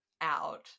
out